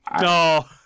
No